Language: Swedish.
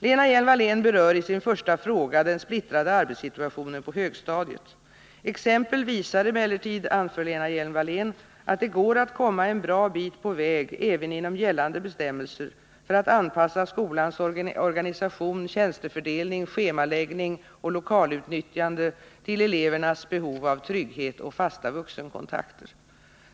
Lena Hjelm-Wallén berör i sin första fråga den splittrade arbetssituationen på högstadiet. Exempel visar emellertid, anför Lena Hjelm-Wallén, att det går att komma en bra bit på väg även inom gällande bestämmelser för att anpassa skolans organisation, tjänstefördelning, schemaläggning och lokalutnyttjande till elevernas behov av trygghet och fasta vuxenkontakter.